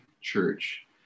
church